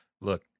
look